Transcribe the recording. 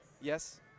Yes